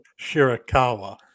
Shirakawa